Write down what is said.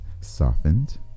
softened